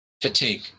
Fatigue